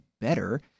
better